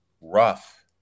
rough